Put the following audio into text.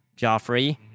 Joffrey